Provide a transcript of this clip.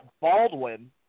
Baldwin